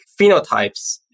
phenotypes